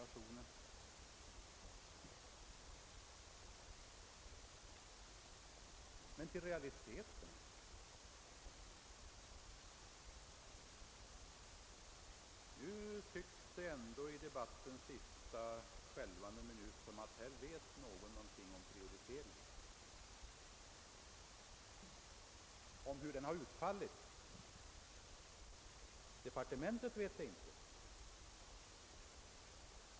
I debattens sista skälvande minut tycks det emellertid visa sig att någon vet någonting om hur prioriteringen har utfallit. Departementet vet det inte.